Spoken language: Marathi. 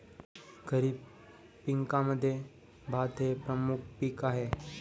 खरीप पिकांमध्ये भात हे एक प्रमुख पीक आहे